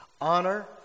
Honor